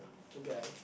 the guy